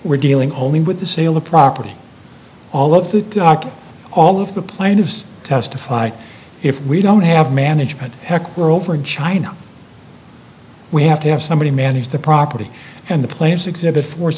we're dealing only with the sale of property all of that all of the plaintiffs testify if we don't have management heck we're over in china we have to have somebody manage the property and the plaintiff's exhibit force